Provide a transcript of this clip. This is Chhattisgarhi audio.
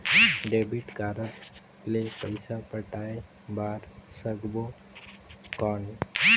डेबिट कारड ले पइसा पटाय बार सकबो कौन?